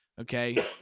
okay